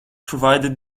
provided